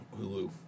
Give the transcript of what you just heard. Hulu